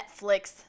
Netflix